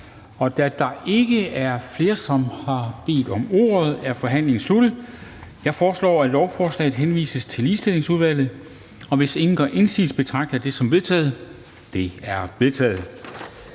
Da der ikke er flere, som har bedt om ordet, er forhandlingen sluttet. Jeg foreslår, at forslaget til folketingsbeslutning henvises til Ligestillingsudvalget. Hvis ingen gør indsigelse, betragter jeg det som vedtaget. Det er vedtaget.